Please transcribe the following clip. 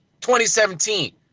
2017